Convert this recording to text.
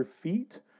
feet